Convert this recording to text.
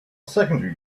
secondary